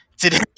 Today